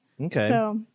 Okay